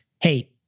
hey